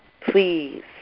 please